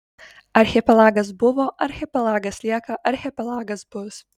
archipelagas buvo archipelagas lieka archipelagas bus